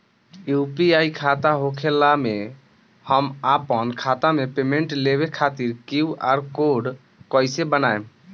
UPI खाता होखला मे हम आपन खाता मे पेमेंट लेवे खातिर क्यू.आर कोड कइसे बनाएम?